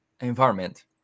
environment